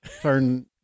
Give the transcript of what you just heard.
turn